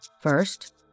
First